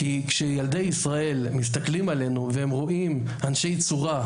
כי כשילדי ישראל מסתכלים עלינו והם רואים אנשי בשורה,